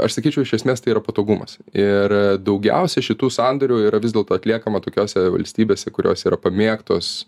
aš sakyčiau iš esmės tai yra patogumas ir daugiausiai šitų sandorių yra vis dėlto atliekama tokiose valstybėse kurios yra pamėgtos